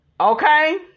okay